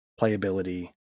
playability